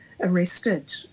arrested